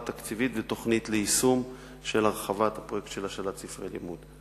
תקציבית ותוכנית ליישום של הרחבת הפרויקט של השאלת ספרי לימוד.